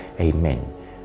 Amen